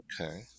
Okay